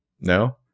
No